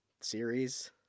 series